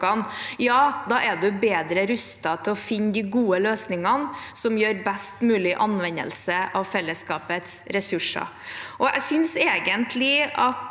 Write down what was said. da er en bedre rustet til å finne de gode løsningene som gir en best mulig anvendelse av fellesskapets ressurser. Jeg synes egentlig at